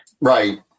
right